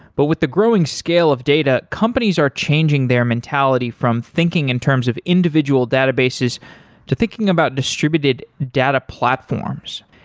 but with the growing scale of data, companies are changing their mentality from thinking in terms of individual databases to thinking about distributed data platforms.